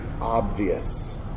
obvious